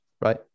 right